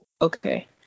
okay